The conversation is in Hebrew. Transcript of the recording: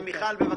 מיכל, בבקשה.